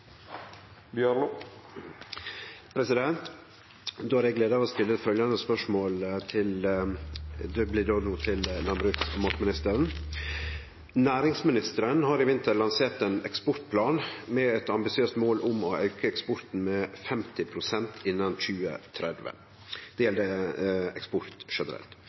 Eg har då gleda av å stille følgjande spørsmål til landbruks- og matministeren: «Næringsministeren har i vinter lansert ein eksportplan med eit ambisiøst mål om å auke eksporten med 50 pst. innan 2030.